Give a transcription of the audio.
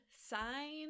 sign